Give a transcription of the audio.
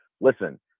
Listen